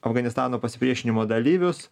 afganistano pasipriešinimo dalyvius